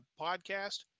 Podcast